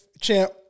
champ